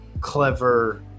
clever